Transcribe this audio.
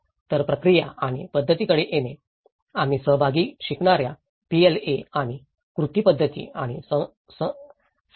तर प्रक्रिया आणि पद्धतींकडे येणे आम्ही सहभागी शिकणार्या PLA आणि कृती पद्धती आणि साधनांबद्दल बोललो